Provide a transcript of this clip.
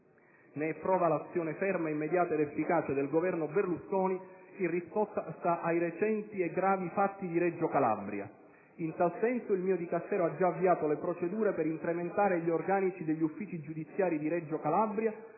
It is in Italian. Ne è prova l'azione ferma, immediata ed efficace del Governo Berlusconi in risposta ai recenti e gravi fatti di Reggio Calabria. In tal senso, il mio Dicastero ha già avviato le procedure per incrementare gli organici degli uffici giudiziari di Reggio Calabria,